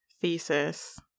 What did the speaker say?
thesis